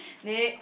next